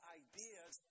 ideas